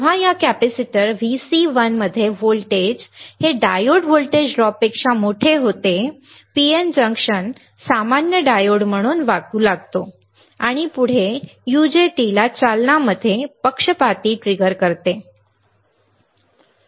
म्हणून जेव्हा या कॅपेसिटर Vc1 मध्ये व्होल्टेज हे डायोड व्होल्टेज ड्रॉपपेक्षा मोठे होते PN जंक्शन सामान्य डायोड म्हणून वागते आणि पुढे UJT ला चालनामध्ये पक्षपाती ट्रिगर करते बरोबर